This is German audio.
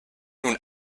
nun